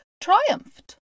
triumphed